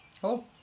Hello